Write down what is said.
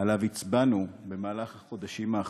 שעליו הצבענו במהלך החודשים האחרונים,